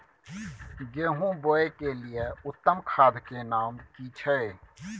गेहूं बोअ के लिये उत्तम खाद के नाम की छै?